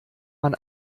man